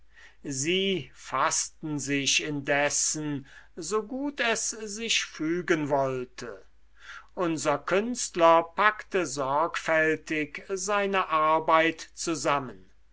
sie faßten sich indes so gut es sich fügen wollte unser künstler packte sorgfältig seine arbeit zusammen